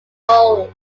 roles